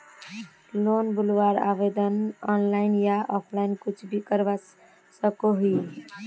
Loan लुबार आवेदन online या ऑफलाइन कुछ भी करवा सकोहो ही?